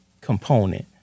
component